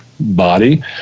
Body